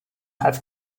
have